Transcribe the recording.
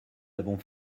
avons